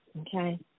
Okay